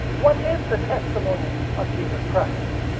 what is the testimony of jesus christ?